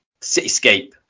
cityscape